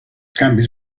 canvis